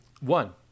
One